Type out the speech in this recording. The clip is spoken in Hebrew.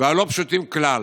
ולא פשוטים כלל,